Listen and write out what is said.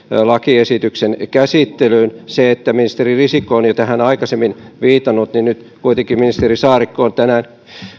lakiesityksen käsittelyyn ministeri risikko on tähän aikaisemmin jo viitannut ja nyt kuitenkin ministeri saarikko on tänään